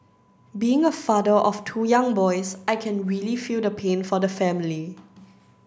being a father of two young boys I can really feel the pain for the family